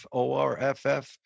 o-r-f-f